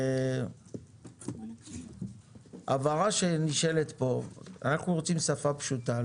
אנחנו רוצים שפה פשוטה.